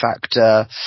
factor